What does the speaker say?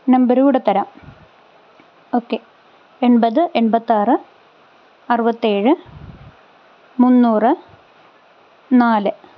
number കൂടെ തരാം okay എൺപത് എൺപത്താറ് അറുപത്തേഴ് മുന്നൂറ് നാല്